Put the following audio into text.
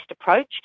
approach